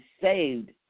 saved